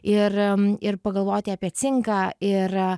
ir ir pagalvoti apie cinką ir